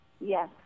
yes